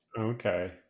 Okay